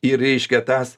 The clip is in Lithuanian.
ir reiškia tas